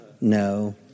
no